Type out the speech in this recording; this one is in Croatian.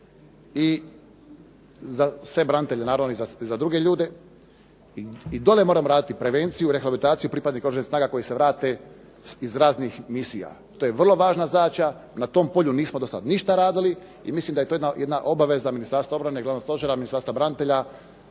i za sve branitelje, naravno i za druge ljude, i dolje moramo raditi prevenciju, rehabilitaciju pripadnika oružanih snaga koji se vrate iz raznih misija. To je vrlo važna zadaća, na tom polju nismo dosad ništa radili i mislim da je to jedna obaveze Ministarstva obrane, glavnog stožera Ministarstva branitelja,